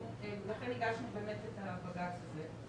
ולכן הגשנו באמת את הבג"צ הזה.